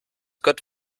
gott